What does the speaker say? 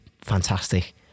fantastic